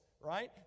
right